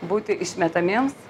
būti išmetamiems